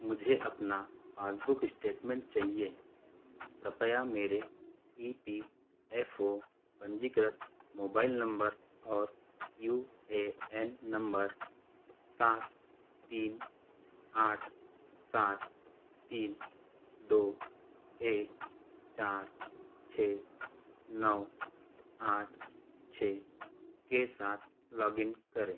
मुझे अपना passbook statement चहिए कृपया मेरे ई पी एफ़ ओ पंजीकृत मोबाइल नंबर और यू ए एन नंबर सात तीन आठ सात तीन दो एक चार छः नौ आठ छः के साथ लॉग इन करें